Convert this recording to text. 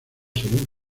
según